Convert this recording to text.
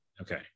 Okay